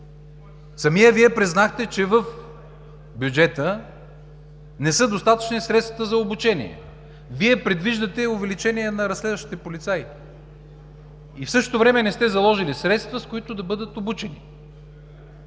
Самият Вие признахте, че в бюджета не са достатъчни средствата за обучение. Вие предвиждате увеличение на разследващите полицаи и в същото време не сте заложили средства, с които да бъдат обучени.